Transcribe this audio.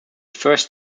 first